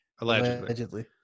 allegedly